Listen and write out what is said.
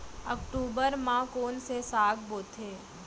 अक्टूबर मा कोन से साग बोथे?